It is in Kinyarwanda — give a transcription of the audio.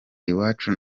iwacu